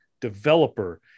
developer